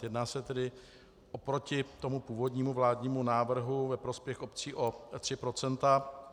Jedná se tedy oproti původnímu vládnímu návrhu ve prospěch obcí o 3 %.